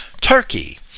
Turkey